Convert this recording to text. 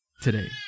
today